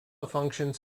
functions